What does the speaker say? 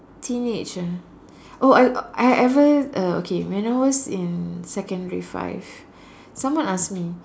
teenage ah oh I I ever uh okay when I was in secondary five someone ask me